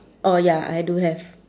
orh ya I do have